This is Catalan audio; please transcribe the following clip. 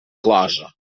closa